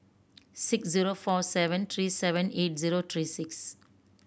six zero four seven three seven eight zero three six